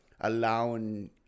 allowing